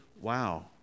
wow